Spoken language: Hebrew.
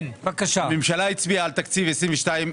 הממשלה הצביעה על תקציב 2022,